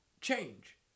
change